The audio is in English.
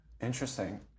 Interesting